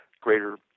greater